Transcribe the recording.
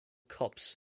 cups